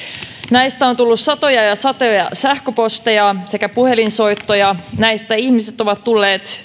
näistä on tullut satoja ja satoja sähköposteja sekä puhelinsoittoja näistä ihmiset ovat tulleet